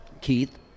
Keith